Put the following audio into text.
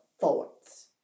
thoughts